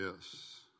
Yes